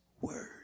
word